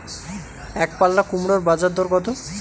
একপাল্লা কুমড়োর বাজার দর কত?